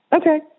Okay